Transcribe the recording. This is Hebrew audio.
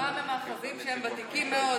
מדובר במאחזים שהם ותיקים מאוד.